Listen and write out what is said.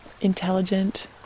intelligent